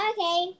Okay